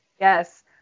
Yes